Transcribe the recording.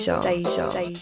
Deja